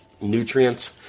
nutrients